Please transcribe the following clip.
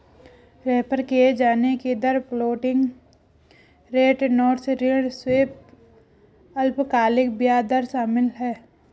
refer किये जाने की दर फ्लोटिंग रेट नोट्स ऋण स्वैप अल्पकालिक ब्याज दर शामिल है